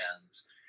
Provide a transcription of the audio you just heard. hands